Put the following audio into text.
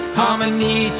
harmony